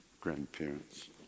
grandparents